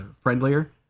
friendlier